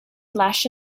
slash